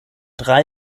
drei